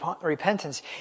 repentance